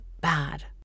bad